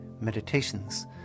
Meditations